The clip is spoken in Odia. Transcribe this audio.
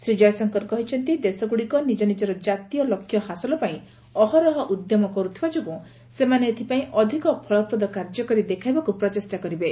ଶ୍ରୀ ଜୟଶଙ୍କର କହିଛନ୍ତି ଦେଶଗୁଡ଼ିକ ନିଜନିଜର ଜାତୀୟ ଲକ୍ଷ୍ୟ ହାସଲ ପାଇଁ ଅହରହ ଉଦ୍ୟମ କରୁଥିବା ଯୋଗୁଁ ସେମାନେ ଏଥିପାଇଁ ଅଧିକ ଫଳପ୍ରଦ କାର୍ଯ୍ୟ କରି ଦେଖାଇବାକୁ ପ୍ରଚେଷ୍ଟା କରିବେ